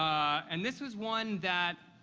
and this is one that,